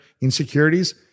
insecurities